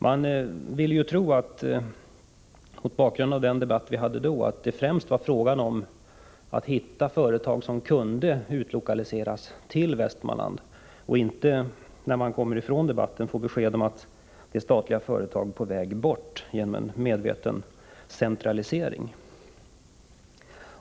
Mot bakgrund av den debatt jag nämnde var det lätt att tro att det främst var fråga om att hitta företag som kunde utlokaliseras till Västmanland, men efter debatten fick man besked om att statliga företag var på väg bort genom en medveten centralisering.